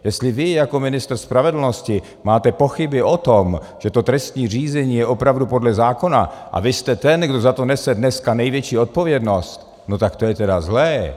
Jestli vy jako ministr spravedlnosti máte pochyby o tom, že to trestní řízení je opravdu podle zákona, a vy jste ten, kdo za to nese dneska největší odpovědnost, no tak to je teda zlé.